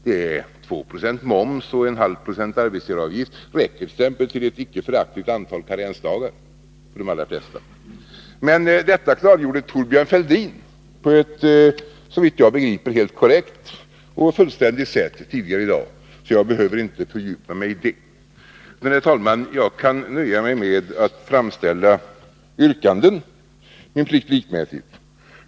Det belopp som 2 96 högre moms och 0,5 20 högre arbetsgivaravgift motsvarar räcker t.ex. till ett icke föraktligt antal karensdagar för de allra flesta. Men detta klargjorde Thorbjörn Fälldin tidigare i dag på ett, såvitt jag begriper, helt korrekt och fullständigt sätt, så jag behöver inte fördjupa mig i det. Jag kan, herr talman, nöja mig med att, min plikt likmätigt, framställa yrkanden.